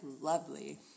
lovely